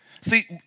See